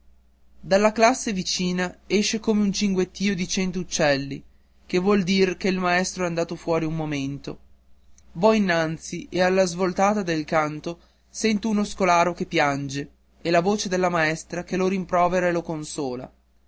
dalla classe vicina esce come un cinguettio di cento uccelli che vuol dir che il maestro è andato fuori un momento vo innanzi e alla svoltata del canto sento uno scolaro che piange e la voce della maestra che lo rimprovera o lo consola